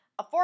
Affordable